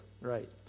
Right